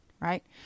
right